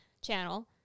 channel